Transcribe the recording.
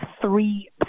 three